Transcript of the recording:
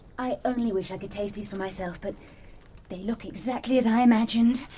i only wish i could taste these for myself but they look exactly as i imagined.